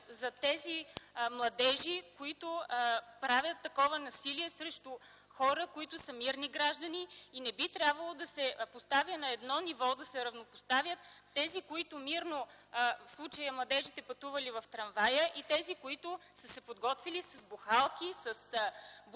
зад тези младежи, които правят такова насилие срещу хора – мирни граждани. Не би трябвало да се поставят на едно ниво, да се равнопоставят младежите, мирно пътуващи в трамвая, и тези, които са се подготвили с бухалки, бутилки